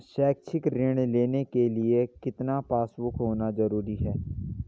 शैक्षिक ऋण लेने के लिए कितना पासबुक होना जरूरी है?